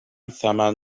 ثمن